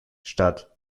statt